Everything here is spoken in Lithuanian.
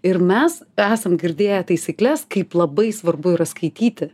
ir mes esam girdėję taisykles kaip labai svarbu yra skaityti